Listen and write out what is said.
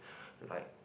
like